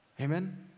Amen